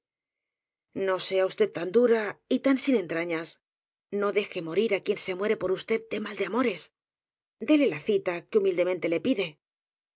no sea usted tan dura y tan sin entrañas no deje morir á quien se muere por usted de mal de amores déle la cita que humildemente le pide